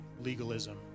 legalism